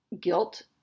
guilt